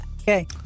Okay